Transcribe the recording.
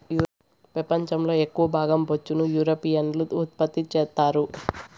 పెపంచం లో ఎక్కవ భాగం బొచ్చును యూరోపియన్లు ఉత్పత్తి చెత్తారు